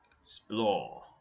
Explore